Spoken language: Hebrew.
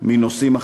מנושאים אחרים,